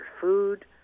food